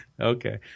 Okay